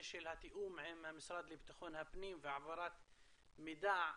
של התיאום עם המשרד לבטחון פנים והעברת מידע.